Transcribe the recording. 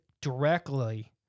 directly